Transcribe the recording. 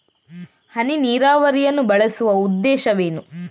ಹನಿ ನೀರಾವರಿಯನ್ನು ಬಳಸುವ ಉದ್ದೇಶವೇನು?